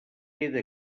queda